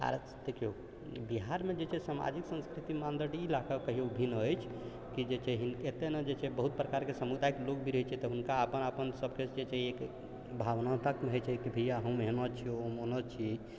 आओर देखिऔ बिहारमे जे छै सामाजिक संस्कृति मानदण्ड कहिओ ई लऽ कऽ भिन्न अछि कि जे छै एतऽ ने जे छै बहुत प्रकारके समुदायिक लोक भी रहै छै तऽ हुनका अपन अपन सबके जे छै एक भावनात्मक होइ छै कि भैआ हम एना छिऔ हम ओना छी